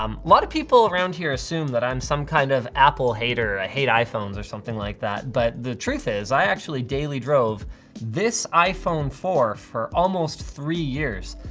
um lot of people around here assume that i'm some kind of apple hater, i hate iphones or something like that, but the truth is i actually daily drove this iphone four for almost three years.